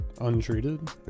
Untreated